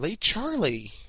Charlie